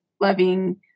loving